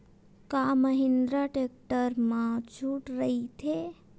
का महिंद्रा टेक्टर मा छुट राइथे?